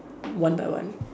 one by one